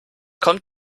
kommt